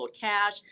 cash